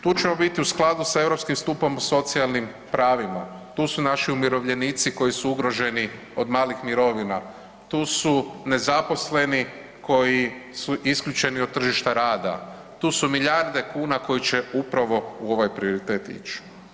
Tu ćemo biti u skladu s europskim stupom o socijalnim pravima, tu su naši umirovljenici koji su ugroženi od malih mirovina, tu su nezaposleni koji su isključeni od tržišta rada, tu su milijarde kuna koji će upravo u ovoj prioritet ići.